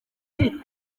iki